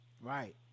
right